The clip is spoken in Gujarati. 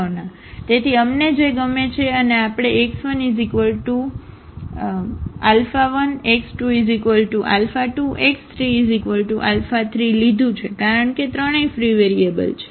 તેથી અમને જે ગમે છે અને આપણે x11x22x33 લીધું છે કારણ કે ત્રણેય ફ્રી વેરિયેબલ છે